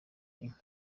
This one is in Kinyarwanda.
inka